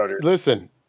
Listen